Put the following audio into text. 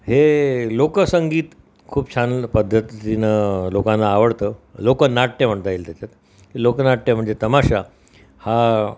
हे लोकसंगीत खूप छान पद्धतीनं लोकांना आवडतं लोकनाट्य म्हणता येईल त्याच्यात लोकनाट्य म्हणजे तमाशा हा